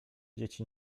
dzieci